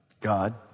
God